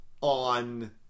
on